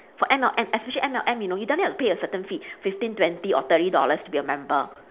for M_L_M especially M_L_M you know you don't need to pay a certain fee fifteen twenty or thirty dollars to be a member